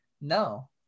no